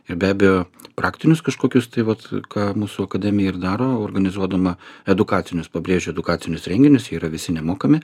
ir be abejo praktinius kažkokius tai vat ką mūsų akademija ir daro organizuodama edukacinius pabrėžia edukacinius renginius jie yra visi nemokami